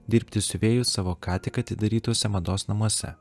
dirbti siuvėju savo ką tik atidarytuose mados namuose